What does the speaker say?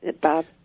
Bob